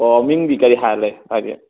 ꯑꯣ ꯃꯤꯡꯗꯤ ꯀꯔꯤ ꯍꯥꯏ ꯂꯩ ꯍꯥꯏꯕꯤꯌꯨ